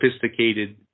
sophisticated